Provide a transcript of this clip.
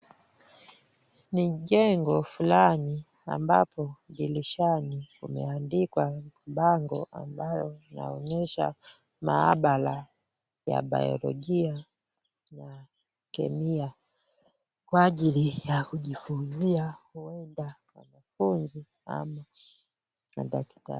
Ni jengo fulani ambapo dirishani kumeandikwa bango ambalo linaonyesha maabara ya Biolojia na Kemia kwa ajili ya kujifunzia huenda wanafunzi ama madaktari.